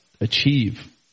achieve